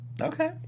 okay